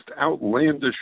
outlandish